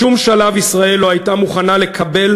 בשום שלב ישראל לא הייתה מוכנה לקבל